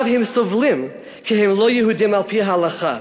הם סובלים כי הם לא יהודים על-פי ההלכה,